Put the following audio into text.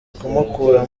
kumukura